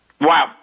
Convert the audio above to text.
Wow